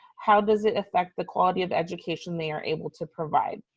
how does it affect the quality of education they are able to provide?